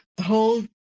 hold